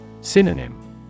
Synonym